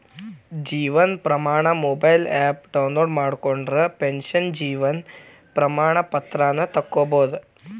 Jeevan Pramaan mobile app download ಮಾಡ್ಕೊಂಡ್ರ pension Jeevan Pramaan ಪತ್ರಾನ ತೊಕ್ಕೊಬೋದು